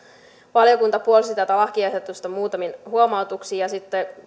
valiokunta puolsi tätä lakiehdotusta muutamin huomautuksin sitten on